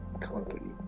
Company